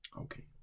Okay